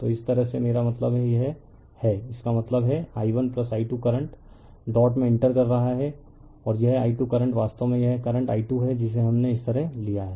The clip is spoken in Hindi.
तो इस तरह से मेरा मतलब यह है इसका मतलब है i1i2करंट डॉट में इंटर कर रहा है और यह i2करंट वास्तव में यह करंट i2 है जिसे हमने इस तरह लिया है